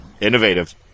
innovative